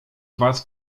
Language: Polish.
was